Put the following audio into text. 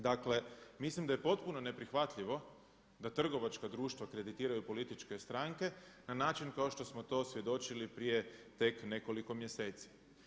Dakle, mislim da je potpuno neprihvatljivo da trgovačka društva kreditiraju političke stranke na način kao što smo to svjedočili prije tek nekoliko mjeseci.